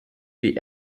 die